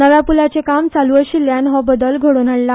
नव्या पुलांचे काम चालू आशिल्ल्यान हो बदल घडोवन हाडला